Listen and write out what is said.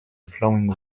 flowing